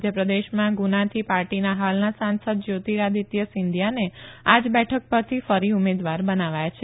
મધ્ય પ્રદેશમાં ગુનાથી પાર્ટીના હાલના સાંસદ જ્યોતિરાદિત્ય સિંદિયાને આ જ બેઠક પરથી ફરી ઉમેદવાર બનાવાયા છે